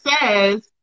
says